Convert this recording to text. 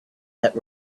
that